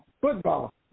Football